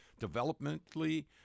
developmentally